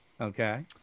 Okay